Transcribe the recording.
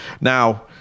Now